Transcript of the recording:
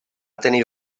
tenir